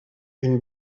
une